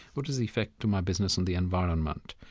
what is the effect of my business on the environment?